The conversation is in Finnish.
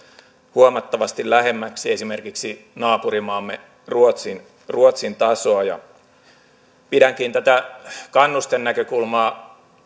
huomattavasti lähemmäksi esimerkiksi naapurimaamme ruotsin ruotsin tasoa pidänkin tätä kannustenäkökulmaa